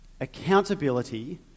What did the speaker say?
accountability